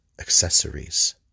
accessories